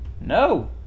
no